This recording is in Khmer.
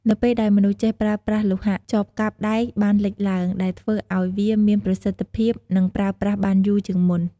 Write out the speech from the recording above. នៅពេលដែលមនុស្សចេះប្រើប្រាស់លោហៈ ចបកាប់ដែកបានលេចឡើង ដែលធ្វើឱ្យវាមានប្រសិទ្ធភាព និងប្រើប្រាស់បានយូរជាងមុន។